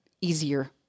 easier